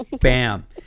Bam